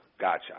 gotcha